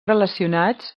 relacionats